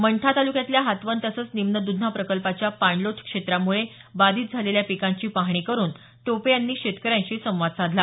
मंठा तालुक्यातल्या हातवन तसंच निम्न द्धना प्रकल्पाच्या पाणलोट क्षेत्रामुळे बाधित झालेल्या पिकांची पाहणी करून टोपे यांनी शेतकऱ्यांशी संवाद साधला